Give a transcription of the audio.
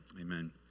Amen